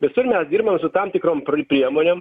visur mes dirbam su tam tikrom pr priemonėm